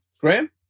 Graham